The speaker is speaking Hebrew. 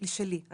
אני